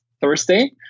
Thursday